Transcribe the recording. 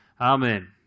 Amen